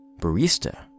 barista